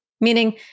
Meaning